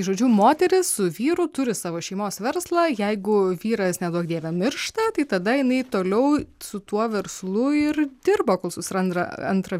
žodžiu moteris su vyru turi savo šeimos verslą jeigu vyras neduok dieve miršta tai tada jinai toliau su tuo verslu ir dirba kol susiranda antrą